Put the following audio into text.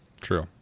True